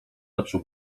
lepszą